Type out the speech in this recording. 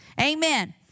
amen